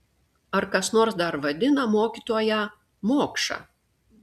ar kas nors dar vadina mokytoją mokša